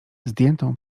zdjętą